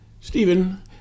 Stephen